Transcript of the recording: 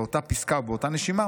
באותה פסקה ובאותה נשימה,